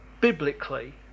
biblically